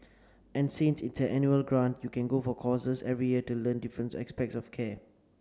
and since it's an annual grant you can go for courses every year to learn different aspects of care